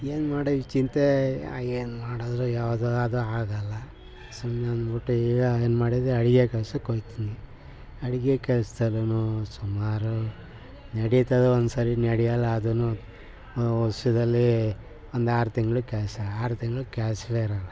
ಏನು ಮಾಡಣ ಚಿಂತೆ ಏನು ಮಾಡಿದ್ರು ಯಾವುದು ಅದು ಆಗಲ್ಲ ಸುಮ್ಮನೆ ಅಂದ್ಬಿಟ್ಟು ಏನು ಮಾಡಿದೆ ಅಡುಗೆ ಕೆಲ್ಸಕ್ಕೋಗ್ತೀನಿ ಅಡುಗೆ ಕೆಲ್ಸದಲ್ಲೂ ಸುಮಾರು ನಡೀತದೊಂದ್ಸರಿ ನಡಿಯಲ್ಲ ಅದೂ ವರ್ಷದಲ್ಲಿ ಒಂದು ಆರು ತಿಂಗಳು ಕೆಲಸ ಆರು ತಿಂಗಳು ಕೆಲಸವೇ ಇರಲ್ಲ